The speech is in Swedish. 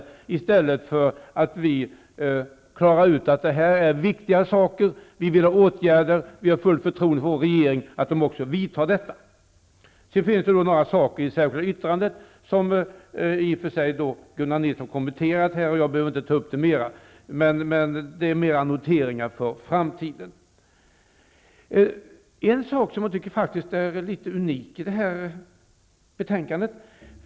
Vi i majoriteten menar att detta är viktiga saker, vi vill ha åtgärder och vi har fullt förtroende för att vår regering vidtar åtgärder. Gunnar Nilsson har kommenterat en del saker i det särskilda yttrandet. Jag behöver inte ta upp det mera. Det är mera av noteringar för framtiden. Det finns i detta betänkande något som är litet unikt.